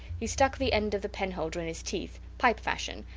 he stuck the end of the penholder in his teeth, pipe fashion,